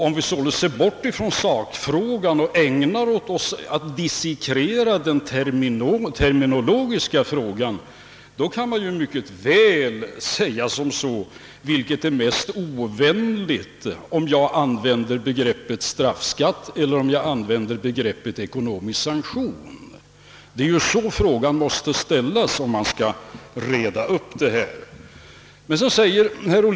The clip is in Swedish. Om vi sålunda ser bort från sakfrågan och ägnar oss åt att dissekera det terminologiska spörsmålet, kan man mycket väl fråga sig vilket som är ovänligast: att använda begreppet straffskatt eller att använda begreppet ekonomisk sanktion. Det är så frågan måste ställas om man vill reda upp detta.